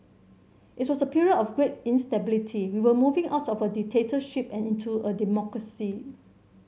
it was a period of great instability we were moving out of a dictatorship and into a democracy